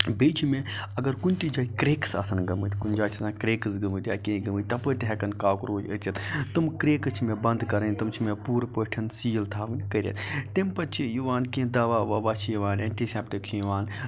بیٚیہِ چھِ مےٚ اگر کُنہِ تہِ جایہِ کریکٕس آسَن گٔمٕتۍ کُنہِ جایہِ چھِ آسان کریکٕس گٔمٕتۍ یا کینٛہہ گٔمٕتۍ تَپٲرۍ تہِ ہیٚکَن کوکروج أژِتھ تم کریکٕس چھِ مےٚ بَنٛد کَرٕنۍ تِم چھِ مےٚ پوٗرٕ پٲٹھۍ سیٖل تھاوٕنۍ کٔرِتھ تمہِ پَتہٕ چھِ یِوان کینٛہہ دَوا وَوا چھِ یِوان ایٚنٹہِ سیپٹِک چھِ یِوان